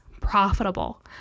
profitable